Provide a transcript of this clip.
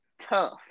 tough